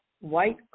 white